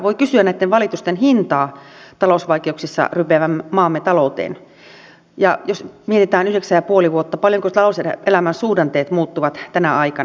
voi kysyä näitten valitusten hintaa talousvaikeuksissa rypevän maamme talouteen ja sitä jos mietitään yhdeksää ja puolta vuotta paljonko talouselämän suhdanteet muuttuvat tänä aikana